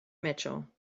mitchell